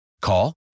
Call